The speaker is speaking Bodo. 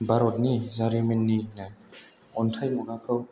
भारतनि जारिमिननिनो अन्थाइ मुगाखौ